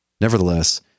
Nevertheless